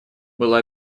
была